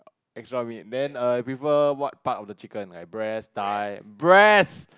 extra meat then err you prefer what part of the chicken like breast thigh breast